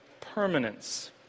permanence